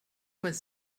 was